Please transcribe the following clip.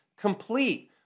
complete